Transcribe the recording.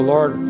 Lord